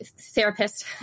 therapist